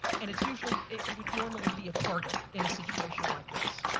and it's usually it would normally be a target in a situation like this.